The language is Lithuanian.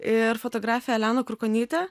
ir fotografe elena krukonyte